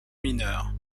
mineur